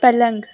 पलंग